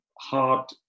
hard